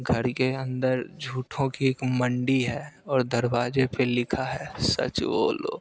घड़ के अंदर झूठों की एक मंडी है और दरवाजे पर लिखा है सच बोलो